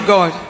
God